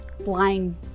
blind